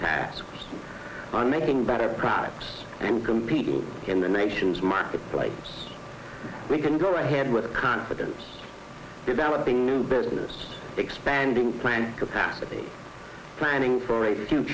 tasks and making better products and compete in the nation's marketplace we can go ahead with confidence developing new business expanding plant capacity planning for